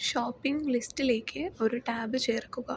shopping ലിസ്റ്റിലേക്ക് ഒരു tab ചേർക്കുക